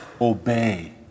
obey